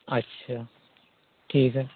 अच्छा ठीक है